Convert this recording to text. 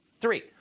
Three